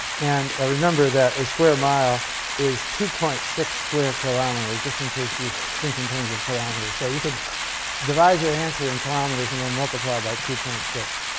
and ah remember that a square mile is two point six square kilometers just in case you think in terms of kilometers, so you can devise your answer in kilometers and then multiply by two point six.